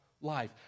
life